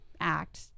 act